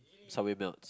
subway melts